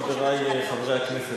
חברי חברי הכנסת,